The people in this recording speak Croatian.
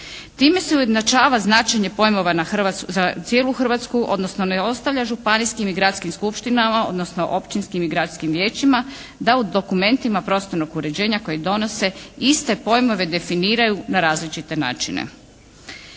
Time se ujednačava značenje pojmova za cijelu Hrvatsku odnosno ne ostavlja Županijskim i gradskim skupštinama odnosno općinskim i gradskim vijećima da u dokumentima prostornog uređenja kojeg donose iste pojmove definiraju na različite načine.